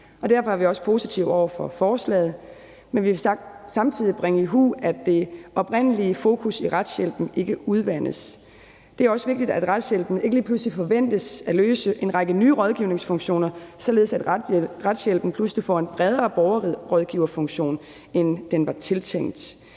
derfor er vi også positive over for forslaget, men vi vil samtidig bringe i hu, at det oprindelige fokus i retshjælpen ikke udvandes. Det er også vigtigt, at retshjælpen ikke lige pludselig forventes at løse en række nye rådgivningsfunktioner, således at retshjælpen pludselig får en bredere borgerrådgiverfunktion, end den var tiltænkt.